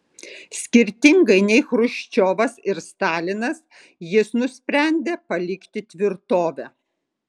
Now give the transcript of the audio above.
skirtingai nei chruščiovas ir stalinas jis nusprendė palikti tvirtovę